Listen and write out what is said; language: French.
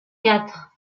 quatre